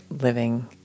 living